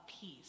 peace